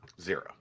Zero